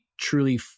Truly